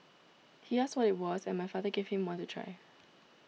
he asked what it was and my father gave him one to try